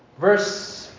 Verse